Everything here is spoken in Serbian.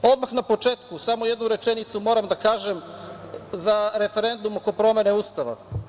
Odmah na početku samo jednu rečenicu moram da kažem za referendum oko promene Ustava.